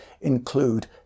include